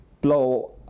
blow